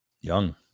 young